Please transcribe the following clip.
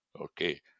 Okay